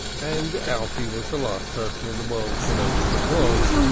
and alte was the last person in the world to know what it was.